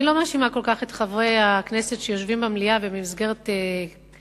אני לא מאשימה כל כך את חברי הכנסת שיושבים במליאה ובמסגרת הצפה